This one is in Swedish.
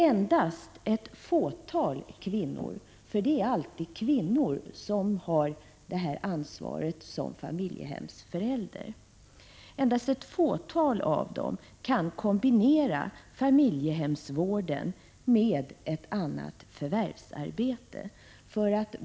Endast ett fåtal av de här kvinnorna — för det är alltid kvinnor som har detta ansvar som familjehemsförälder — kan kombinera familjehemsvården med ett annat förvärvsarbete.